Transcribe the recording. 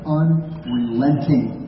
unrelenting